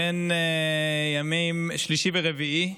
בין הימים שלישי ורביעי,